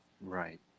Right